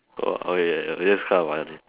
err oh yeah it is kind of funny